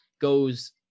goes